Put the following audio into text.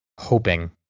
hoping